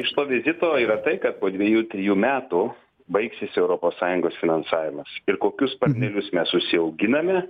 iš to vizito yra tai kad po dvejų trejų metų baigsis europos sąjungos finansavimas ir kokius sparnelius mes užsiauginame